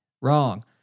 wrong